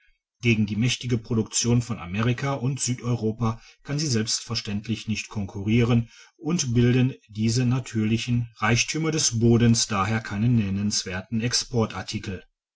gegen die mächtige produktion von amerika und südeuropa kann sie selbstverständlich nicht konkurrieren und bilden diese natürlichen reichtümer des bodens daher keinen nennenswerten